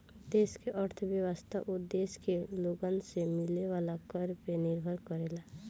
देश के अर्थव्यवस्था ओ देश के लोगन से मिले वाला कर पे निर्भर करेला